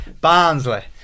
Barnsley